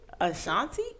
Ashanti